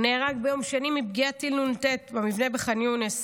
הוא נהרג ביום שני מפגיעת טיל נ"ט במבנה בח'אן יונס,